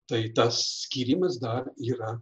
tai tas skyrimas dar yra